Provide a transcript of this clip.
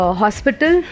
hospital